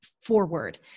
forward